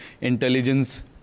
intelligence